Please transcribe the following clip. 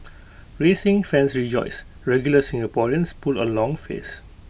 racing fans rejoice regular Singaporeans pull A long face